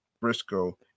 Briscoe